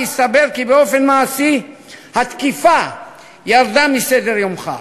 והסתבר כי באופן מעשי התקיפה ירדה מסדר-יומך.